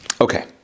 Okay